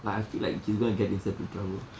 like I feel like he's going to get himself into trouble